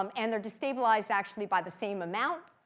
um and they're destabilized, actually, by the same amount.